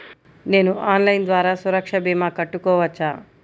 నేను ఆన్లైన్ ద్వారా సురక్ష భీమా కట్టుకోవచ్చా?